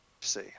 see